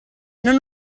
non